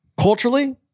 Culturally